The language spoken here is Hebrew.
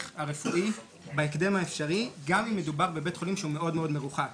הרפואי בהקדם האפשרי גם אם מדובר בבית חולים שהוא מאוד מאוד מרוחק.